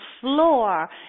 floor